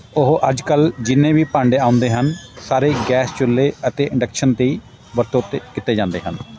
ਉਹ ਅੱਜ ਕੱਲ੍ਹ ਜਿੰਨੇ ਵੀ ਭਾਂਡੇ ਆਉਂਦੇ ਹਨ ਸਾਰੇ ਗੈਸ ਚੁੱਲ੍ਹੇ ਅਤੇ ਇੰਡਕਸ਼ਨ ਦੀ ਵਰਤੋਂ ਉੱਤੇ ਕੀਤੇ ਜਾਂਦੇ ਹਨ